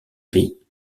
pays